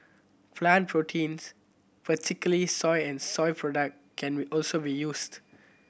plant proteins particularly soy and soy product can also be used